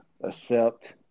accept